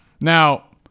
Now